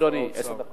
עשר דקות.